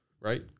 right